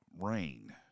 rain